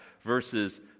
verses